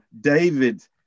David